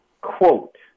quote